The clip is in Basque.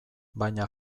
baina